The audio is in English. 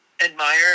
Admire